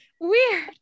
Weird